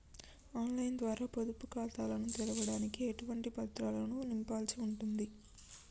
On line ద్వారా పొదుపు ఖాతాను తెరవడానికి ఎటువంటి పత్రాలను నింపాల్సి ఉంటది?